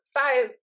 five